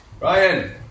Ryan